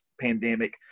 pandemic